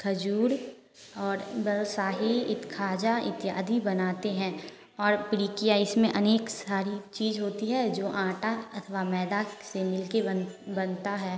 खजूर और बालूशाही खाजा इत्यादि बनाते हैं और प्रकिया इसमें अनेक सारी चीज होती है जो आँटा अथवा मैदा से मिलके बन बनता है